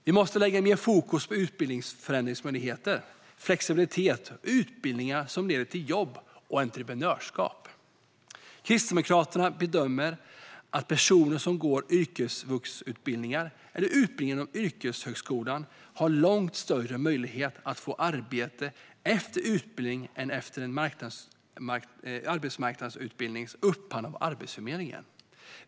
Vi måste lägga mer fokus på utbildningars förändringsmöjligheter, flexibilitet och utbildningar som leder till jobb och entreprenörskap. Kristdemokraterna bedömer att personer som går yrkesvuxutbildningar eller utbildningar inom yrkeshögskolan har långt större möjlighet att få ett arbete efter utbildningen än efter en arbetsmarknadsutbildning upphandlad av Arbetsförmedlingen.